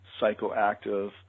psychoactive